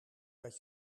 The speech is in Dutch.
dat